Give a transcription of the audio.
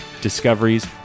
discoveries